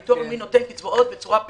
הביטוח הלאומי נותן קצבאות באופן פרסונלי.